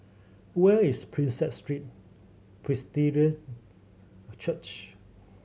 where is Prinsep Street Presbyterian Church